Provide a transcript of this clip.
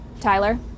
Tyler